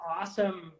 awesome